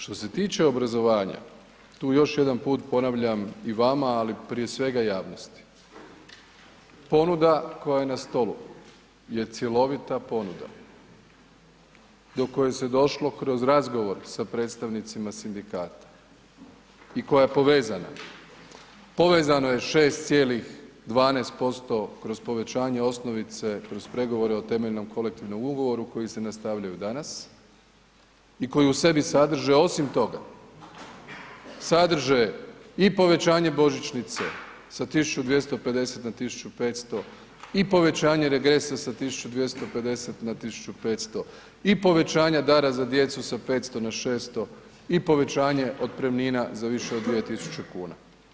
Što se tiče obrazovanja, tu još jedan put ponavljam i vama, ali prije svega javnosti, ponuda koja je na stolu je cjelovita ponuda do koje se došlo kroz razgovor sa predstavnicima Sindikata i koja je povezana, povezano je 6,12% kroz povećanje osnovice, kroz pregovore o temeljnom kolektivnom ugovoru koji se nastavljaju danas i koji u sebi sadrže osim toga, sadrže i povećanje božićnice sa 1.250,00 na 1.500,00 i povećanje regresa sa 1.250,00 na 1.500,00 i povećanja dara za djecu sa 500 na 600 i povećanje otpremnina za više od 2.000,00 kn.